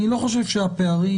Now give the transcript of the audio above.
אני לא חושב שהפערים